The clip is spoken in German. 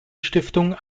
stiftung